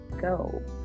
go